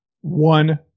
one